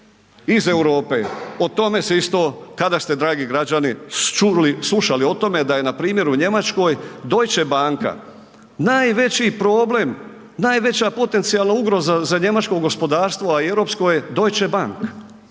iz Europe, o tome se isto, kada ste dragi građani čuli, slušali o tome da je npr. u Njemačkoj Deutsche Banka najveći problem, najveća potencijalna ugroza za njemačko gospodarstvo, a i europsko je Deutsche Bank,